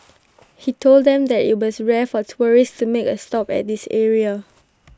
he told them that IT was rare for tourists to make A stop at this area